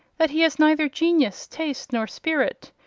that he has neither genius, taste, nor spirit.